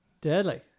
Deadly